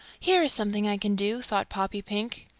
here is something i can do, thought poppypink.